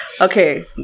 okay